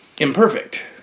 Imperfect